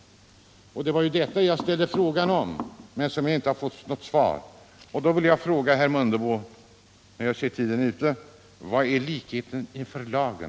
Det var detta jag berörde i min fråga, som jag inte har fått något svar på. Jag ser att min taletid nu är ute, och jag slutar med att fråga herr Mundebo: Var finns här likheten inför lagen?